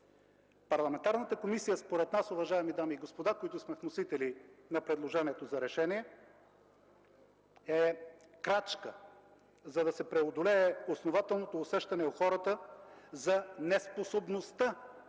Парламентарната комисия според нас, уважаеми дами и господа, които сме вносители на предложението за решение, е крачка, за да се преодолее основателното усещане у хората за неспособността